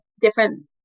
different